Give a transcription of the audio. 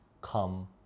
come